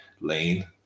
lane